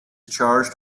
charged